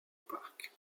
park